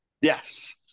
Yes